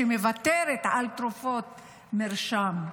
שמוותרים על תרופות מרשם,